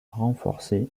renforcée